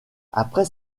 après